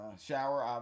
Shower